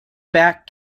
back